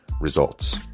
results